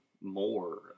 more